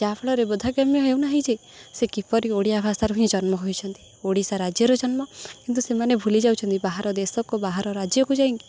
ଯାହାଫଳରେ ବୋଧାଗମ୍ୟ ହେଉନାହିଁ ଯେ ସେ କିପରି ଓଡ଼ିଆ ଭାଷାରୁ ହିଁ ଜନ୍ମ ହୋଇଛନ୍ତି ଓଡ଼ିଶା ରାଜ୍ୟରେ ଜନ୍ମ କିନ୍ତୁ ସେମାନେ ଭୁଲି ଯାଉଛନ୍ତି ବାହାର ଦେଶକୁ ବାହାର ରାଜ୍ୟକୁ ଯାଇକି